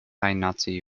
nazi